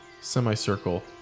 semicircle